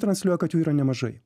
transliuoja kad jų yra nemažai